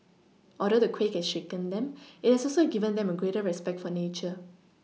although the quake has shaken them it has also given them a greater respect for nature